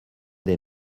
des